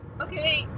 Okay